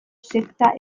sekta